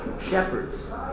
shepherds